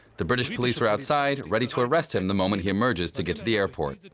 the british police are outside, ready to arrest him the moment he emerges to get to the airport.